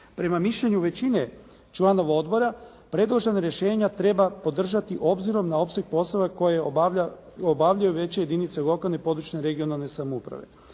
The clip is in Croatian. Prema mišljenju većine članova odbora, predložena rješenja treba podržati obzirom na opseg poslova koje obavljaju veće jedinice lokalne, područne i regionalne samouprave.